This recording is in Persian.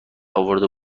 آورده